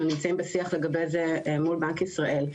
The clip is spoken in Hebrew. אנחנו נמצאים בשיח לגבי זה מול בנק ישראל,